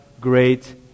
great